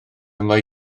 mae